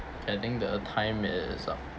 and I think the time is up